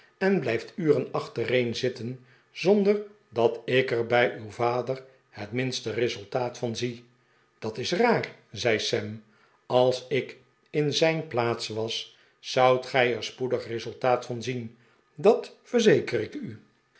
en blijft uren achtereen zitten zonder dat ik er bij uw vader het minste resultaat van zie dat is raar zei sam als ik in zijn plaats was zoudt gij er spoedig resultaat van zien dat verzeker ik u